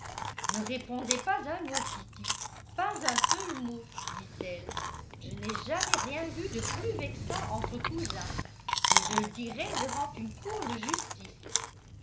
ne répondez pas un mot kitty pas un seul mot dit-elle je n'ai jamais rien vu de plus vexant entre cousins et je le dirais devant une cour de justice